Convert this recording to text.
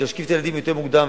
כדי להשכיב את הילדים יותר מוקדם,